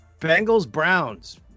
Bengals-Browns